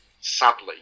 Sadly